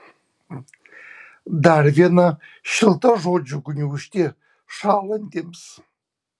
dar viena šilta žodžių gniūžtė šąlantiems